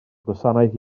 gwasanaeth